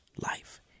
life